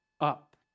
up